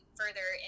further